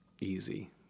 easy